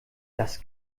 das